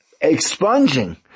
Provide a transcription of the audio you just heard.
expunging